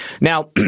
Now